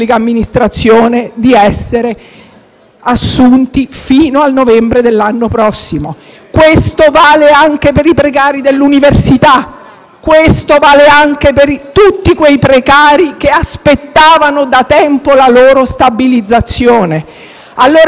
assunti fino a novembre dell'anno prossimo. Questo vale anche per i precari dell'università e per tutti quei precari che aspettavano da tempo la loro stabilizzazione. Bisogna, allora, capire se, forse,